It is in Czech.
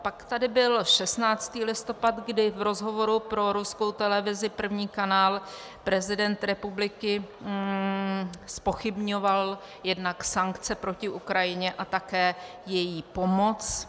Pak tady byl 16. listopad, kdy v rozhovoru pro ruskou televizi, první kanál, prezident republiky zpochybňoval jednak sankce proti Ukrajině a také její pomoc